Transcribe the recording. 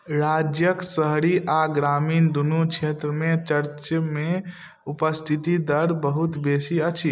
राज्यक शहरी आ ग्रामीण दुनू क्षेत्रमे चर्चमे ऊपस्थिति दर बहुत बेसी अछि